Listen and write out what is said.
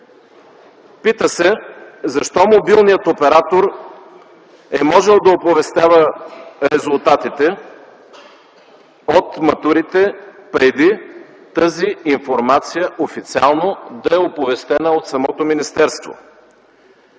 Пита се – защо мобилният оператор е можел да оповестява резултатите от матурите преди тази информация официално да е оповестена от самото министерство?